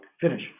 Finish